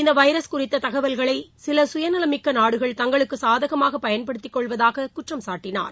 இந்த வைரஸ் குறித்த தகவல்களை சில சுயநலமிக்க நாடுகள் தங்களுக்கு சாதகமாக பயன்படுத்திக் கொள்வதாக குற்றம் சாட்டினார்